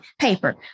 paper